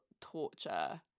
torture